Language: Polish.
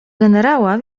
generała